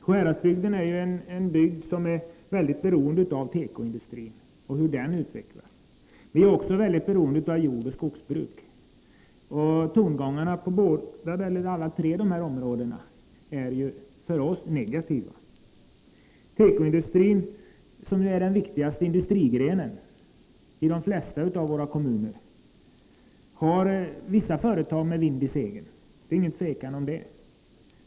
Sjuhäradsbygden är ju en bygd som är mycket beroende av tekoindustrin och hur den utvecklas. Vi är också mycket beroende av jordbruk och skogsbruk. Tongångarna på alla dessa tre områden är för oss negativa. Tekoindustrin, som ju är den viktigaste industrigrenen i de flesta av våra kommuner, har vissa företag med vind i seglen — det är inget tvivel om det.